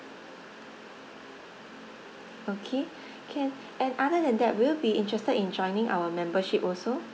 okay can and other than that will be interested in joining our membership also